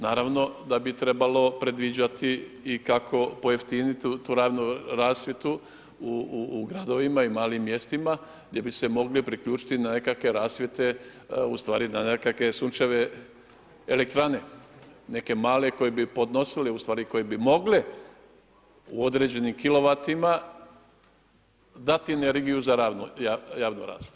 Naravno da bi trebalo predviđati i kako pojeftiniti tu javnu rasvjetu u gradovima i malim mjestima gdje bi se mogle priključiti na nekakve rasvjete, ustvari na nekakve sunčeve elektrane, neke male koje bi podnosile, ustvari koje bi mogle u određenim kilovatima dati energiju za javnu rasvjetu.